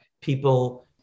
people